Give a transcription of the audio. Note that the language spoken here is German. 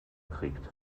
kriegt